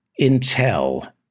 Intel